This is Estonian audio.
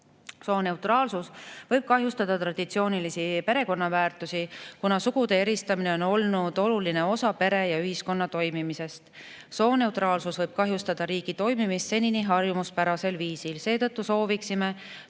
Sooneutraalsus võib kahjustada traditsioonilisi perekonnaväärtusi, kuna sugude eristamine on olnud oluline osa pere ja ühiskonna toimimisest. Sooneutraalsus võib kahjustada riigi toimimist senini harjumuspärasel viisil. Seetõttu sooviksime